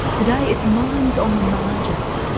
today it's minds on the margins,